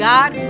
God